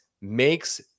makes